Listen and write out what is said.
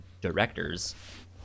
directors